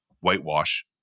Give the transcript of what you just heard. whitewash